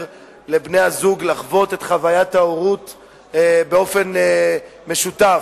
לבני-הזוג לחוות את חוויית ההורות באופן משותף,